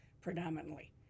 predominantly